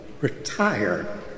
retire